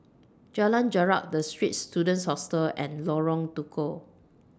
Jalan Jarak The Straits Students Hostel and Lorong Tukol